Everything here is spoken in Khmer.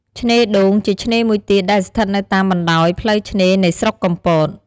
ឆ្នេរដូង ជាឆ្នេរមួយទៀតដែលស្ថិតនៅតាមបណ្ដោយផ្លូវឆ្នេរនៃស្រុកកំពត។